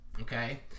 Okay